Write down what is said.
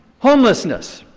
homelessness,